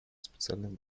специальных